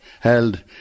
held